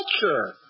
culture